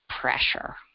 pressure